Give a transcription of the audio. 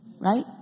Right